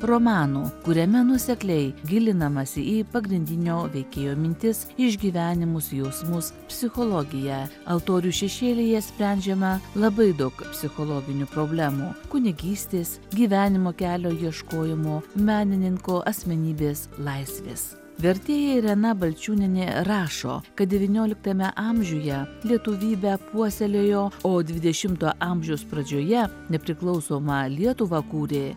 romanų kuriame nuosekliai gilinamasi į pagrindinio veikėjo mintis išgyvenimus jausmus psichologiją altorių šešėlyje sprendžiama labai daug psichologinių problemų kunigystės gyvenimo kelio ieškojimo menininko asmenybės laisvės vertėja irena balčiūnienė rašo kad devynioliktame amžiuje lietuvybę puoselėjo o dvidešimto amžiaus pradžioje nepriklausomą lietuvą kūrė